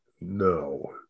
no